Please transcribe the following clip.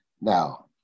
Now